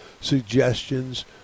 suggestions